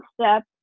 step